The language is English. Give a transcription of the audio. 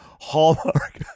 hallmark